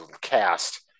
cast